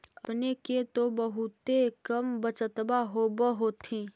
अपने के तो बहुते कम बचतबा होब होथिं?